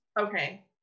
okay